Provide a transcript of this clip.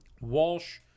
Walsh